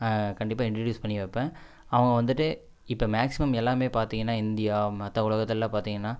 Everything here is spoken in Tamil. கண்டிப்பாக இண்டுடியூஸ் பண்ணி வைப்பேன் அவங்க வந்துட்டு இப்போ மேக்ஸிமம் எல்லாமே பார்த்தீங்கன்னா இந்தியா மற்ற உலகத்தில் பார்த்தீங்கன்னா